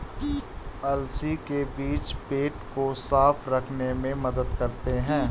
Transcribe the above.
अलसी के बीज पेट को साफ़ रखने में मदद करते है